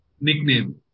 Nickname